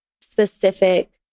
specific